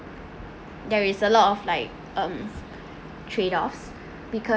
there is a lot of like um trade-offs because